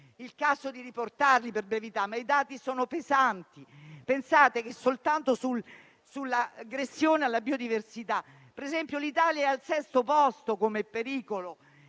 il caso di riportarli per brevità - sono pesanti. Soltanto per l'aggressione alla biodiversità per esempio, l'Italia è al sesto posto come pericolo